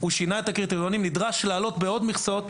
שינה את הקריטריונים ויש צורך להעלות את כמות המכסות,